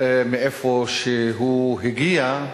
מאיפה שהוא הגיע,